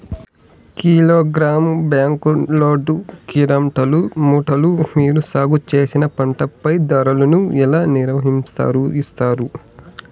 Kilogram, box, load, quintal, మూటలు మీరు సాగు చేసిన పంటపై ధరలను ఎలా నిర్ణయిస్తారు యిస్తారు?